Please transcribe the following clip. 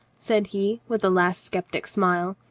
said he, with a last skeptic smile.